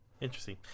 Interesting